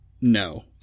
No